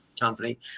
company